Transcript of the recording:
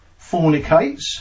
fornicates